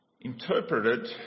interpreted